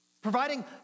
Providing